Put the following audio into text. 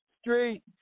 Street